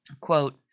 quote